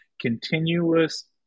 continuous